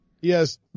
Yes